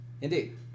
Indeed